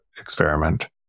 experiment